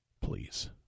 Please